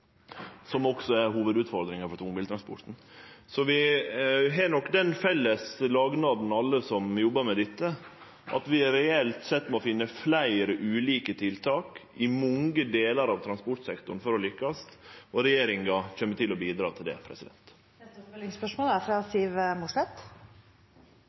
også risikoen for møteulukker, som er hovudutfordringa for tungbiltransporten. Alle vi som jobbar med dette, har nok den felles lagnaden at vi reelt sett må finne fleire ulike tiltak i mange delar av transportsektoren for å lukkast, og regjeringa kjem til å bidra til det. Siv Mossleth – til oppfølgingsspørsmål. Skrekken er